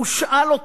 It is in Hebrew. ושאל אותו